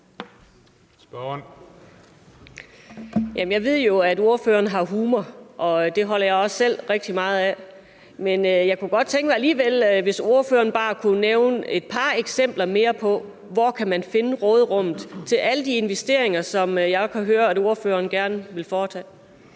Jeg ved jo, at ordføreren har humor, og det holder jeg også selv rigtig meget af. Men jeg kunne alligevel godt tænke mig, at ordføreren bare kunne nævne et par eksempler mere på, hvor man kan finde råderummet til alle de investeringer, som jeg kan høre at ordføreren gerne vil foretage.